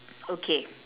okay